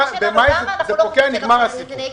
במאי זה פוקע ונגמר הסיפור.